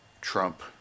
Trump